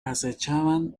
acechaban